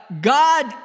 God